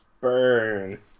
Burn